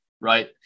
Right